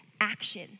action